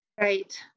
Right